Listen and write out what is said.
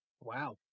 Wow